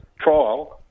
trial